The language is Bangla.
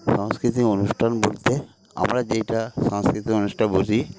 সাংস্কৃতিক অনুষ্ঠান বলতে আমরা যেইটা সাংস্কৃতিক অনুষ্ঠান বুঝি